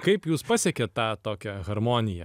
kaip jūs pasiekėt tą tokią harmoniją